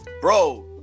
Bro